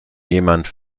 jemand